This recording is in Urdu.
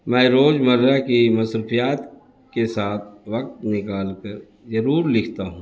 میں روز مرہ کی مصروفیات کے ساتھ وقت نکال کر ضرور لکھتا ہوں